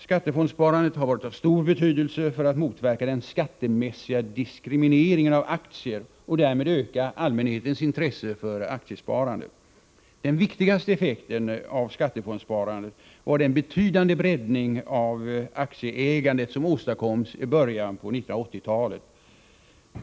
Skattefondssparandet har varit av stor betydelse för att motverka den skattemässiga diskrimineringen av aktier och därmed öka allmänhetens intresse för aktiesparande. Den viktigaste effekten av skattefondssparandet var den betydande breddning av aktieägandet som åstadkoms i början av 1980-talet.